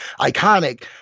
iconic